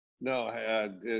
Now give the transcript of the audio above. No